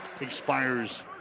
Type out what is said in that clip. expires